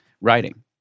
writing